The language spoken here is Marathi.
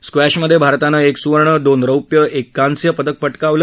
स्क्वर्ध्मध्विरतानं एक सुवर्ण दोन रौप्य एक कांस्य पदकं पटकावलं